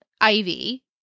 Ivy